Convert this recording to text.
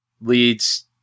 leads